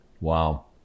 Wow